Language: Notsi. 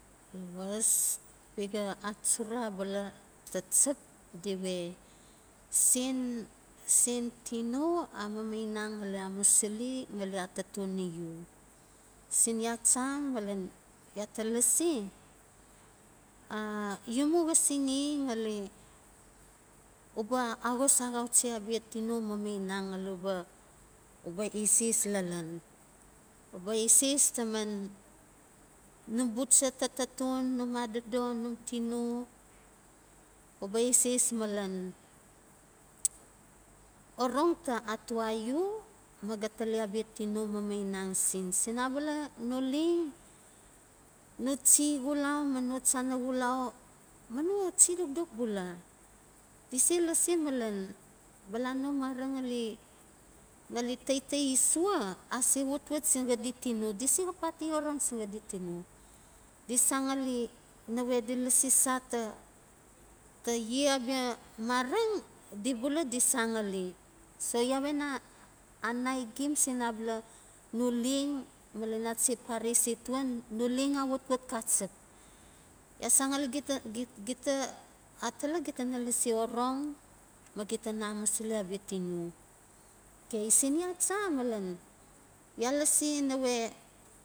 Lowas bia xa achuchura abala tachap di we sen sen tino a mamainang ngali amusili nga atatoni u? Sin ya cha malen ya ta lasi a u mu xasinge ngali u ba axas axachi abia tino mamainang ngali uba uba eses lalan. Uba eses taman num bucha ta taton num adodo num tino uba eses malen orong ta atoa u ma ga tali abia tino mamainang sin. Sin abala no leng no chi xulau ma no chana xulau ma no chi dokdok bula di se lasi malan bala no mareng ngali ngali taitai sua ase watwat sin xadi tino, di se xap pati orong sin xadi tino. Di san ngali nawe di lasi sa ta ta ye abia mareng di bula di san ngali so ya we na anai gim sin abala no leng malen ya ta se pare setavan no leng awatwat xachep, ya san ngali gita gita atala gita na lasi orong ma gita na amusili abia tino. Kay sin ya cha malen ya lasi nawe